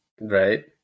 Right